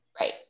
Right